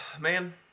man